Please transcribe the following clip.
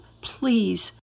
Please